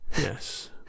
Yes